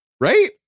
Right